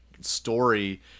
story